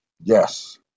Yes